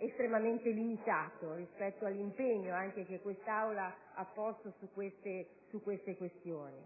estremamente limitato rispetto all'impegno che l'Aula ha posto su tali questioni.